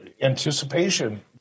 anticipation